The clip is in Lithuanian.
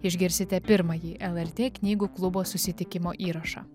išgirsite pirmąjį lrt knygų klubo susitikimo įrašą